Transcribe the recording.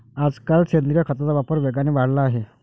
आजकाल सेंद्रिय खताचा वापर वेगाने वाढला आहे